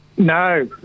No